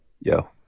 Yo